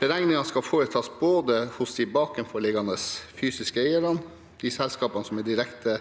beregningene skal foretas både hos de bakenforliggende fysiske eierne, hos de selskapene som er direkte